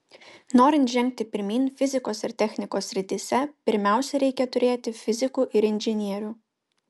norint žengti pirmyn fizikos ir technikos srityse pirmiausia reikia turėti fizikų ir inžinierių